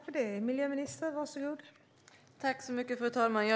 Fru talman!